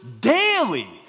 daily